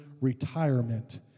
retirement